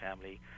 family